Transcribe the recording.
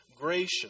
gracious